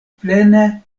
plene